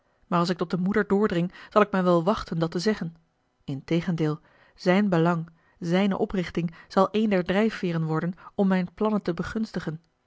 maar als ik tot de moeder doordring zal ik mij wel wachten dat te zeggen integendeel zijn belang zijne oprichting zal een der drijfveeren worden om mijne plannen te begunstigen